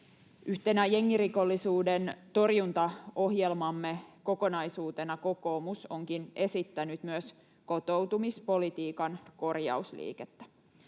Yhtenä jengirikollisuuden torjuntaohjelmamme kokonaisuutena kokoomus onkin esittänyt myös kotoutumispolitiikan korjausliikettä.